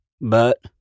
But